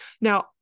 Now